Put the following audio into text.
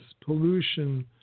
pollution